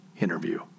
interview